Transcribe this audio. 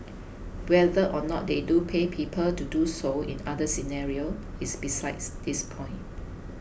whether or not they do pay people to do so in other scenarios is besides this point